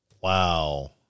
Wow